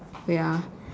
wait ah